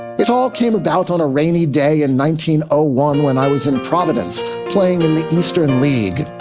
it all came about on a rainy day in nineteen oh one when i was in providence playing in the eastern league.